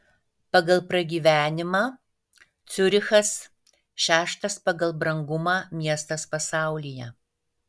pagal pragyvenimą ciurichas šeštas pagal brangumą miestas pasaulyje